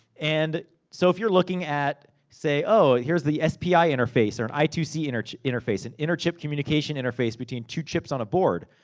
and, so if you're looking at say, oh, here's the spi interface, or an i two c interface, an inner-chip communication interface between two chips on a board.